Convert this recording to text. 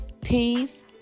peace